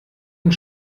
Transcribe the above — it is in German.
und